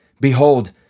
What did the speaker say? Behold